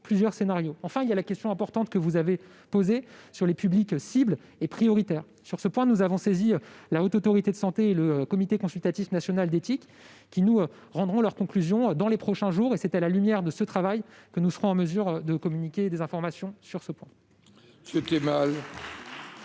plusieurs scénarios. Enfin, vous avez posé la question importante des publics cibles et prioritaires. Sur ce point, nous avons saisi la Haute Autorité de santé et le Comité consultatif national d'éthique, qui nous rendront leurs conclusions dans les prochains jours. C'est à la lumière de leur travail que nous serons en mesure de communiquer des informations sur ce sujet.